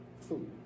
food